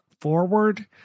forward